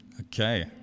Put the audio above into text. Okay